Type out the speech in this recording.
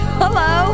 hello